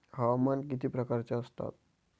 हवामान किती प्रकारचे असतात?